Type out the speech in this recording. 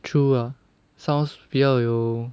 true lah sounds 比较有